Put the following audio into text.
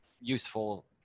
useful